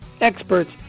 experts